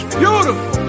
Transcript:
beautiful